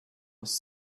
was